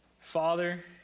Father